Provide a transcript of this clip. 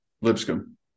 Lipscomb